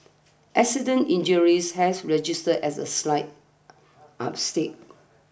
accident injuries has registered a slight up stick